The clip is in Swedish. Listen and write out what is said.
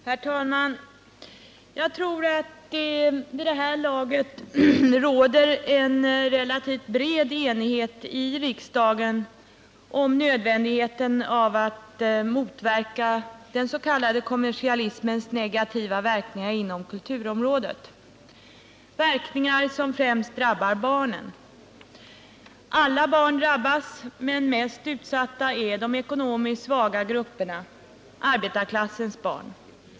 Herr talman! Jag tror att det vid det här laget råder en relativt bred enighet i riksdagen om nödvändigheten av att motverka den s.k. kommersialismens negativa verkningar inom kulturområdet, som främst drabbar barnen. Alla barn drabbas, men mest utsatta är barnen i de ekonomiskt svaga grupperna — arbetarklassens barn.